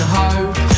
hope